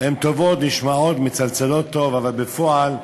הן טובות, נשמעות, מצלצלות טוב, אבל בפועל,